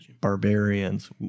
barbarians